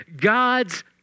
god's